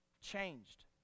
changed